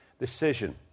decision